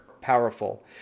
powerful